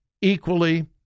equally